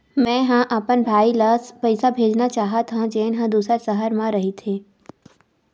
मेंहा अपन भाई ला पइसा भेजना चाहत हव, जेन हा दूसर शहर मा रहिथे